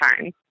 time